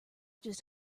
just